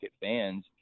fans